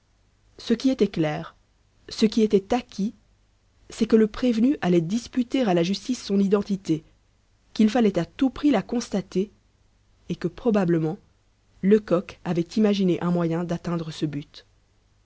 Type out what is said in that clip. ce qui était clair ce qui était acquis c'est que le prévenu allait disputer à la justice son identité qu'il fallait à tout prix la constater et que probablement lecoq avait imaginé un moyen d'atteindre ce but